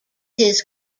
his